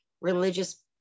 religious